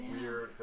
weird